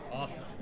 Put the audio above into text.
Awesome